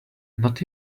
not